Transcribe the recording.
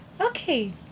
Okay